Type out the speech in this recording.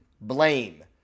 blame